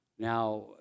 Now